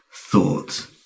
thought